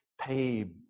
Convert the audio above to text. pay